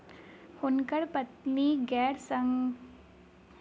हुनकर पत्नी गैर सरकारी संगठनक स्थापना कयलैन